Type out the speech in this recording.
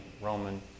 Roman